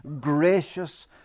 gracious